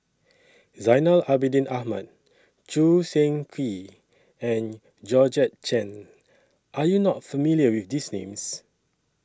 Zainal Abidin Ahmad Choo Seng Quee and Georgette Chen Are YOU not familiar with These Names